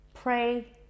pray